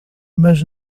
mas